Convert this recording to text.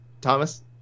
Thomas